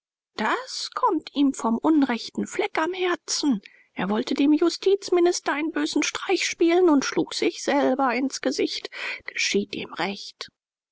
das kommt ihm vom unrechten fleck am herzen er wollte dem justizminister einen bösen streich spielen und schlug sich selber ins gesicht geschieht ihm recht